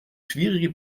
schwierige